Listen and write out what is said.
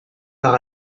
par